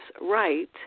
right